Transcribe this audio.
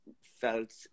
felt